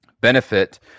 benefit